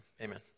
amen